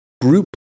group